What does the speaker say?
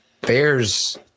bears